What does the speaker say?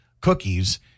cookies